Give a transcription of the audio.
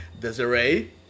Desiree